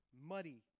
muddy